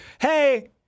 hey